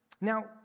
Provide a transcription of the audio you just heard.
Now